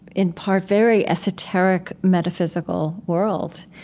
in part very esoteric, metaphysical world.